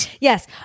Yes